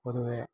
പൊതുവേ